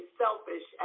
selfish